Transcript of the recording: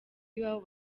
iwabo